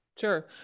Sure